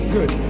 Good